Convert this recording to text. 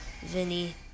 Vinny